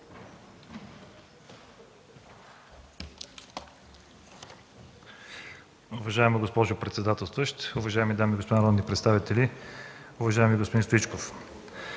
Уважаема госпожо председател, уважаеми дами и господа народни представители, уважаеми господин Стоичков!